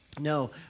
No